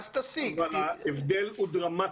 אבל ההבדל הוא דרמטי.